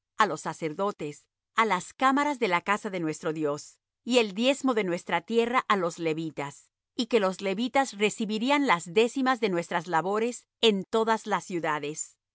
á los sacerdotes á las cámaras de la casa de nuestro dios y el diezmo de nuestra tierra á los levitas y que los levitas recibirían las décimas de nuestras labores en todas las ciudades